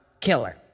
Killer